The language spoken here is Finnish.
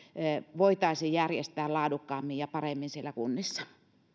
voitaisiin järjestää laadukkaammin ja paremmin siellä kunnissa